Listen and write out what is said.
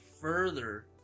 further